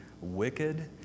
wicked